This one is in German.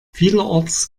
vielerorts